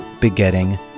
begetting